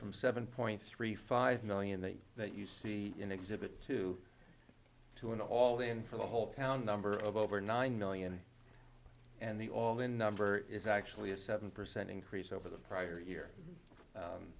from seven point three five million that that you see in exhibit two to an all in for the whole town number of over nine million and the all in number is actually a seven percent increase over the prior